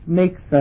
makes